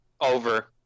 Over